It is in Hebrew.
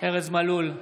ארז מלול,